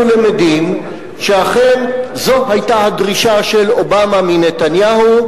אנחנו למדים שאכן זאת היתה הדרישה של אובמה מנתניהו,